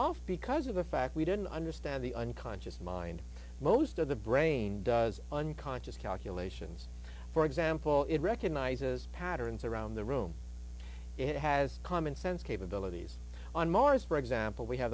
off because of the fact we didn't understand the unconscious mind most of the brain does unconscious calculations for example it recognizes patterns around the room it has common sense capabilities on mars for example we ha